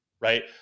Right